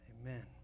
Amen